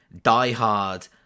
diehard